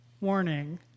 Warning